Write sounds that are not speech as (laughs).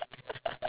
(laughs)